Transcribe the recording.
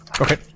Okay